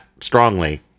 strongly